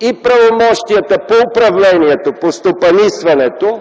и правомощията по управлението, по стопанисването